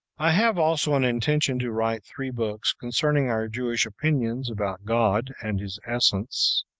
i have also an intention to write three books concerning our jewish opinions about god and his essence,